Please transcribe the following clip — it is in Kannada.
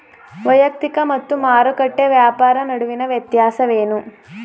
ವೈಯಕ್ತಿಕ ಮತ್ತು ಮಾರುಕಟ್ಟೆ ವ್ಯಾಪಾರ ನಡುವಿನ ವ್ಯತ್ಯಾಸವೇನು?